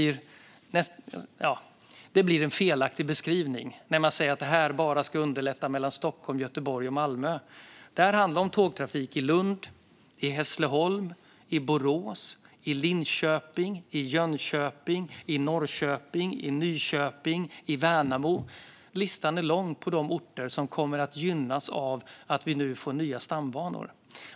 Jag vill säga att det blir en felaktig beskrivning när man säger att detta bara ska underlätta mellan Stockholm, Göteborg och Malmö. Det handlar om tågtrafik i Lund, i Hässleholm, i Borås, i Linköping, i Jönköping, i Norrköping, i Nyköping och i Värnamo. Listan är lång över de orter som kommer att gynnas av att vi nu får nya stambanor.